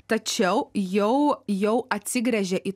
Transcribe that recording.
tačiau jau jau atsigręžė į